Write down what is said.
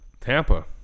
Tampa